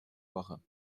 woche